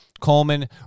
coleman